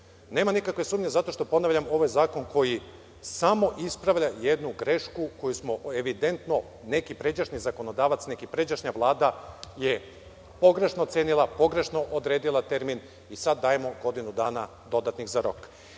Nema nikakve sumnje zato što, ponavljam, ovaj zakon koji samo ispravlja jednu grešku koju smo evidentno neki pređašnji zakonodavac, neka pređašnja vlada je pogrešno cenila, pogrešno odredila termin i sad dajemo dodatnih godinu dana za rok. Ne